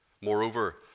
moreover